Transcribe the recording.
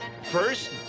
First